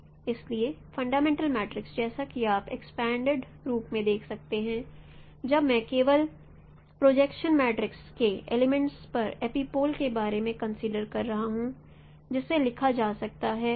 इसलिए fundamental matrix जैसा कि आप एक्सपेंडिड रूप को देख सकते हैं जब मैं केवल प्रोजेक्शन मैट्रीस के एलीमेंट्स और एपिपोल के बारे में कंसीडर कर रहा हूं जिसे लिखा जा सकता है